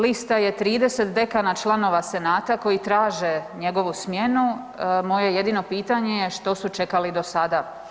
Lista je 30 dekana članova Senata koji traže njegovu smjenu, moje jedino pitanje je što su čekali do sada.